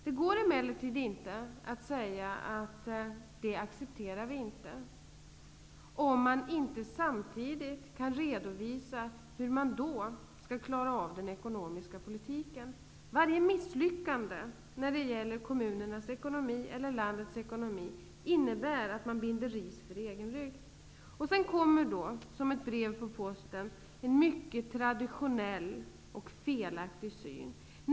Det går emellertid inte att säga att vi inte accepterar det, om vi inte samtidigt kan redovisa hur vi då skall klara av den ekonomiska politiken. Varje misslyckande när det gäller kommunernas eller landets ekonomi innebär att man binder ris för egen rygg. Sedan kommer, som ett brev på posten, en mycket traditionell och felaktig syn.